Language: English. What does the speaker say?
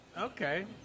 Okay